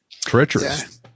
treacherous